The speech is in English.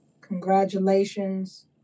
congratulations